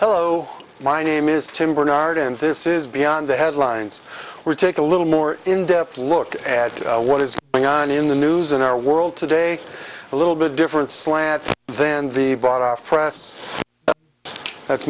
hello my name is tim barnard and this is beyond the headlines we take a little more in depth look at what is going on in the news in our world today a little bit different slant than the bought off